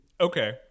Okay